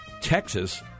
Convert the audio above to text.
Texas